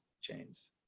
chains